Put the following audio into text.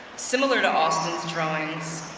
similar to austin's drawings,